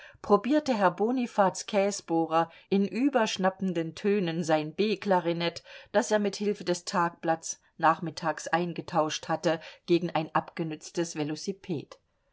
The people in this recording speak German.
probierte herr bonifaz käsbohrer in überschnappenden tönen sein b klarinett das er mit hilfe des tagblatts nachmittags eingetauscht hatte gegen ein abgenütztes